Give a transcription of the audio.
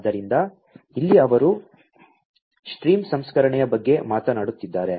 ಆದ್ದರಿಂದ ಇಲ್ಲಿ ಅವರು ಸ್ಟ್ರೀಮ್ ಸಂಸ್ಕರಣೆಯ ಬಗ್ಗೆ ಮಾತನಾಡುತ್ತಿದ್ದಾರೆ